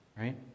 right